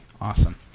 awesome